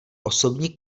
osobní